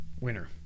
Winner